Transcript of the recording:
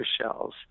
shells